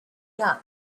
young